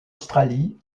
australie